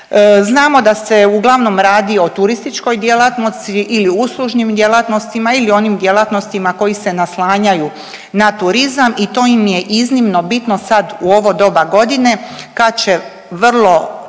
Znamo da se uglavnom radi o turističkoj djelatnosti ili uslužnim djelatnostima ili onim djelatnostima koji se naslanjaju na turizam i to im je iznimno bitno sad u ovo doba godine kad će vrlo,